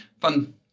fun